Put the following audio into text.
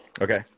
okay